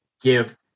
give